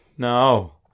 No